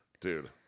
Dude